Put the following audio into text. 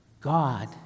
God